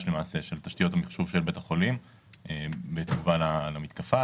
למעשה של תשתיות המחשוב של בית החולים בתגובה למתקפה,